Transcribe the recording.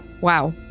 wow